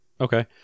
Okay